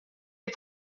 les